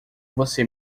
você